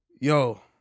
Yo